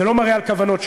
זה לא מראה על כוונות שלום,